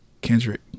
Kendrick